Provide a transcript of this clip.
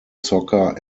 soccer